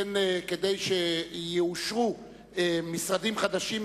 שכן כדי שיאושרו משרדים חדשים,